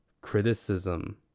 criticism